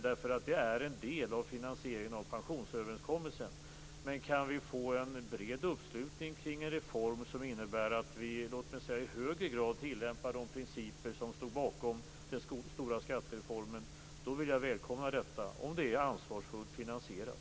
Det är nämligen en del av finansieringen av pensionsöverenskommelsen. Men om vi kan få en bred uppslutning kring en reform som innebär att vi i högre grad tillämpar de principer som ligger bakom den stora skattereformen så vill jag välkomna detta, om det är ansvarsfullt finansierat.